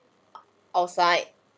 outside